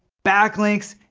backlinks,